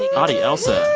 audie, ailsa,